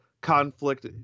conflict